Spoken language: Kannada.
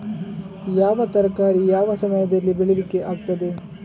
ಯಾವ ತರಕಾರಿ ಯಾವ ಸಮಯದಲ್ಲಿ ಬೆಳಿಲಿಕ್ಕೆ ಆಗ್ತದೆ?